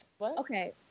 Okay